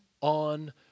on